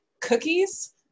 cookies